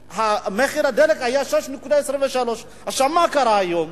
מחיר הדלק היה 6.23. מה קרה היום,